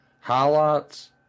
Highlights